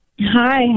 Hi